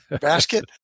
basket